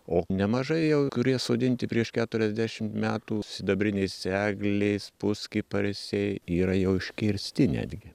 o nemažai jau kurie sodinti prieš keturiasdešimt metų sidabrinės eglės puskiparisiai yra jau iškirsti netgi